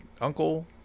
uncle